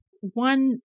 One